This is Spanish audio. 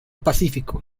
pacífico